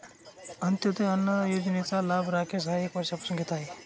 अंत्योदय अन्न योजनेचा लाभ राकेश हा एक वर्षापासून घेत आहे